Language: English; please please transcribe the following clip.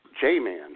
J-Man